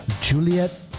Juliet